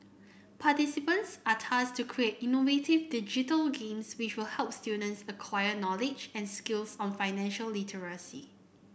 participants are tasked to create innovative digital games which will help students acquire knowledge and skills on financial literacy